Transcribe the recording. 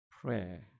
prayer